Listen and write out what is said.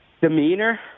demeanor